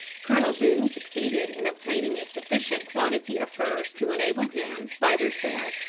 colonel boone succeeded in obtaining a sufficient quantity of furs to enable him, by their sale,